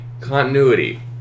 Continuity